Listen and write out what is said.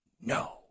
No